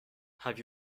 have